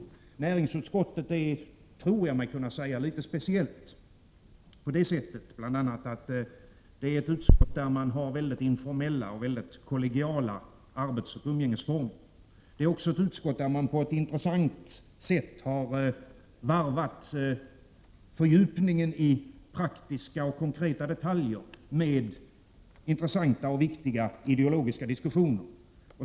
Jag tror mig kunna säga att näringsutskottet är litet speciellt. Det är speciellt bl.a. därför att det är ett utskott där arbetsoch umgängesformerna är mycket informella och kollegiala. Det är också ett utskott där ledamöterna på ett intressant sätt har varvat fördjupningen i praktiska och konkreta detaljer med intressanta och viktiga ideologiska diskussioner.